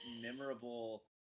memorable